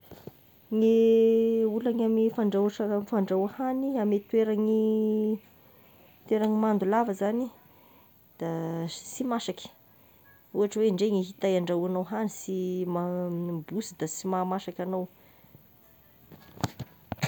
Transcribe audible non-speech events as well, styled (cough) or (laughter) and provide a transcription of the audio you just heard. Gny (hesitation) olagny amy fandrahoa sakafo- fandrahoa hagny, ame toeragny (hesitation) toeragny mando lava zagny, da (hesitation) sy masaky, ohatry oe ndre gn'hitay andrahognao hagny sy sy ma- (hesitation) bosy da sy mahamasaky agnao.